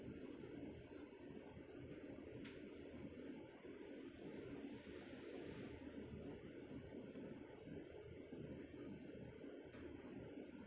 and